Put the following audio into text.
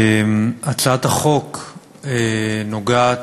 הצעת החוק נוגעת,